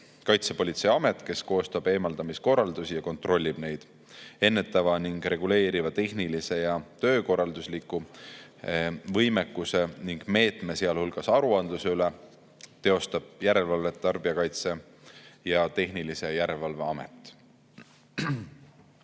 Kaitsepolitseiamet, kes koostab eemaldamiskorraldusi ja kontrollib nende [täitmist]. Ennetava ning [reageeriva] tehnilise ja töökorraldusliku võimekuse ning meetme, sealhulgas aruandluse üle teostab järelevalvet Tarbijakaitse ja Tehnilise Järelevalve Amet.